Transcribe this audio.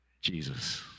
Jesus